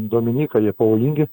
dominika jie pavojingi